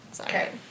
Okay